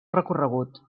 recorregut